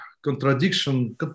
contradiction